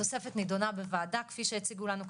התוספת נידונה בוועדה כפי שהציגו לנו כאן,